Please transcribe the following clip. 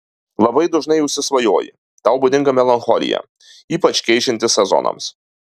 labai dažnai užsisvajoji tau būdinga melancholija ypač keičiantis sezonams